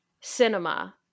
cinema